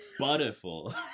butterful